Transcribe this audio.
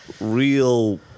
real